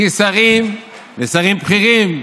כי שרים, שרים בכירים,